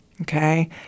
Okay